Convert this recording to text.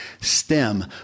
stem